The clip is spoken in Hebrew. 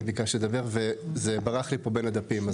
את ביקשת לדבר וזה ברח לי פה בין הדפים.